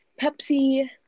Pepsi